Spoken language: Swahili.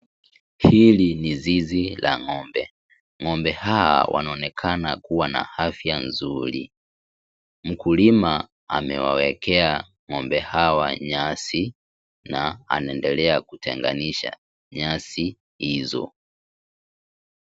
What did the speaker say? Hili ni zizi la ngombe, ngombe hawa wanaonekana kuwa na afya nzuri. Mkulima amewaekea ngombe hawa nyasi na anaendelea kutenganisha nyasi hizo.